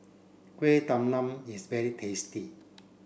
Kueh Talam is very tasty